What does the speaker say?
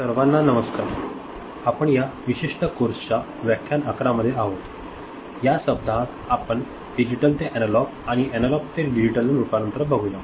सर्वांना नमस्कार आपण या विशिष्ट कोर्सच्या व्याख्यान 11 मध्ये आहोत या सप्ताहात आपण डिजिटल ते अॅनालॉग आणि अॅनालॉग ते डिजिटल रूपांतरण बघूया